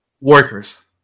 workers